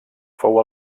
fou